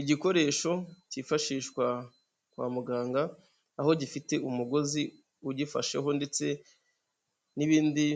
Igikoresho cyifashishwa kwa muganga aho gifite umugozi ugifasheho ndetse n'ibindi